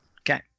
Okay